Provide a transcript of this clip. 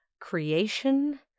creation